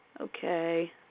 Okay